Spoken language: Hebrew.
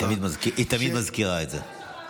היא תמיד מזכירה את זה.